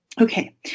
Okay